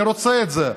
אני רוצה את זה,